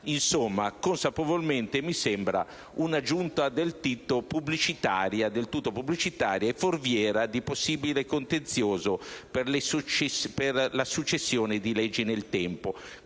«consapevolmente» mi sembra un'aggiunta del tutto pubblicitaria e foriera di possibile contenzioso per la successione delle leggi nel tempo.